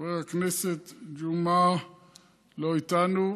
חבר הכנסת ג'מעה לא איתנו,